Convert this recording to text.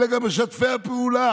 אלא גם משתפי הפעולה.